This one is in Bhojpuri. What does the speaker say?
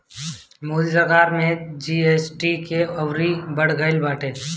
मोदी सरकार में जी.एस.टी के अउरी बढ़ गईल बाटे